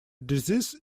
disease